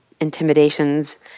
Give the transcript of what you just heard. intimidations